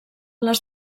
les